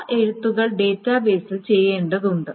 ആ എഴുത്തുകൾ ഡാറ്റാബേസിൽ ചെയ്യേണ്ടതുണ്ട്